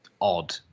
odd